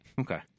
okay